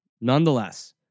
nonetheless